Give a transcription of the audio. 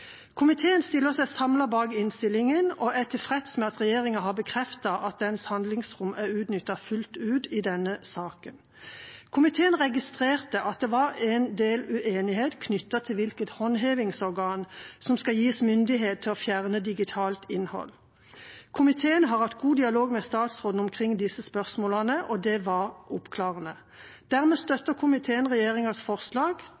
Komiteen stiller seg samlet bak innstillinga og er tilfreds med at regjeringa har bekreftet at dens handlingsrom er utnyttet fullt ut i denne saken. Komiteen registrerte at det var en del uenighet knyttet til hvilket håndhevingsorgan som skal gis myndighet til å fjerne digitalt innhold. Komiteen har hatt god dialog med statsråden omkring disse spørsmålene, og det var oppklarende. Dermed støtter komiteen regjeringas forslag